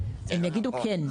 הם יגידו כן,